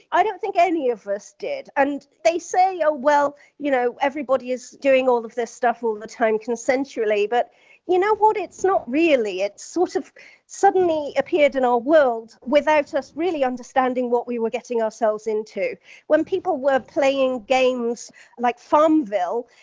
i don't think any of us did. and they say, ah well, you know, everybody is doing all of this stuff all the time consensually. but you know what? it's not really. it's sort of suddenly appeared in our world without us really understanding what we were getting ourselves into when people were playing games like farmville.